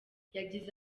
yagize